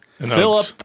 Philip